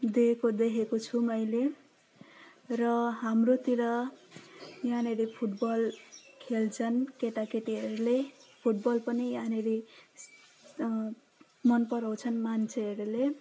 दिएको देखेको छु मैले र हाम्रोतिर यहाँनिर फुटबल खेल्छन् केटाकेटीहरूले फुटबल पनि यहाँनिर मनपराउँछन् मान्छेहरूले